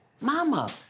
Mama